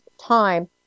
time